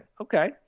Okay